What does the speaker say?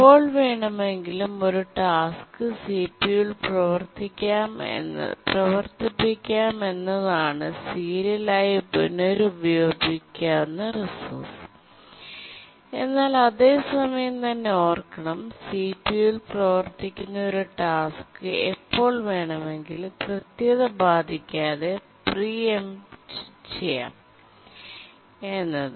എപ്പോൾ വേണമെങ്കിലും ഒരു ടാസ്ക് സിപിയുവിൽ പ്രവർത്തിപ്പിക്കാമെന്നതാണ് സീരിയൽ ആയി പുനരുപയോഗിക്കാവുന്ന റിസോഴ്സ് എന്നാൽ അതേ സമയം തന്നെ ഓർക്കണം സിപിയുവിൽ പ്രവർത്തിക്കുന്ന ഒരു ടാസ്ക് എപ്പോൾ വേണമെങ്കിലും കൃത്യത ബാധിക്കാതെ പ്രീ എംപേറ്റ് ചെയ്യാം എന്നത്